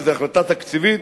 וזאת החלטה תקציבית.